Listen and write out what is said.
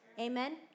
Amen